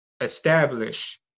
establish